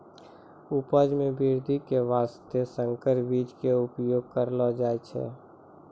उपज मॅ वृद्धि के वास्तॅ संकर बीज के उपयोग करलो जाय छै